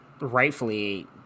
rightfully